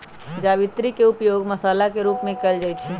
जावित्री के उपयोग मसाला के रूप में कइल जाहई